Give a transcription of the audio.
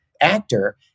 actor